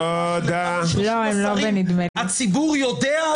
הציבור יודע.